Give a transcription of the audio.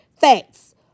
Facts